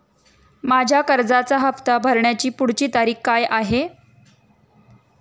माझ्या कर्जाचा हफ्ता भरण्याची पुढची तारीख काय आहे?